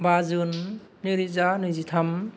बा जुन नैरोजा नैजिथाम